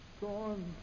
Gone